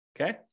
Okay